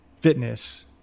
fitness